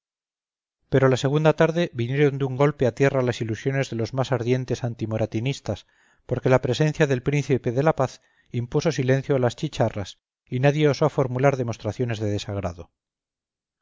pero la segunda tarde vinieron de un golpe a tierra las ilusiones de los más ardientes anti moratinistas porque la presencia del príncipe de la paz impuso silencio a las chicharras y nadie osó formular demostraciones de desagrado